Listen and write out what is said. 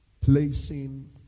placing